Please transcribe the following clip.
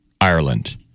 Ireland